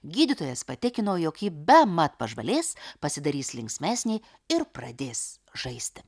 gydytojas patikino jog ji bemat pažvalės pasidarys linksmesnė ir pradės žaisti